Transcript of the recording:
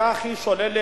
בכך היא משוללת,